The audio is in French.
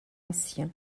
anciens